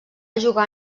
jugar